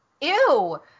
ew